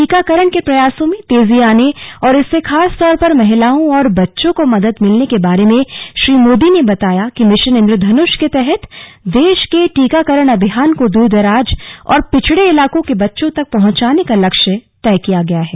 टीकाकरण के प्रयासों में तेजी आने और इससे खास तौर पर महिलाओं और बच्चों को मदद मिलने के बारे में श्री मोदी ने बताया कि मिशन इंद्रधनुष के तहत देश के टीकाकरण अभियान को दूर दराज और पिछड़े इलाकों के बच्चों तक पहुंचाने का लक्ष्य तय किया गया है